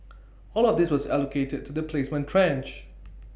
all of this was allocated to the placement tranche